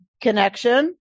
connection